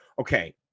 okay